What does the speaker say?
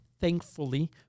thankfully